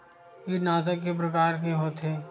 कीटनाशक के प्रकार के होथे?